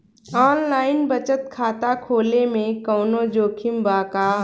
Online बचत खाता खोले में कवनो जोखिम बा का?